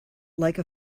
like